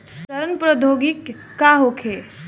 सड़न प्रधौगिकी का होखे?